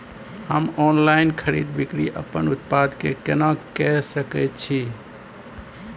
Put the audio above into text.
हम ऑनलाइन खरीद बिक्री अपन उत्पाद के केना के सकै छी?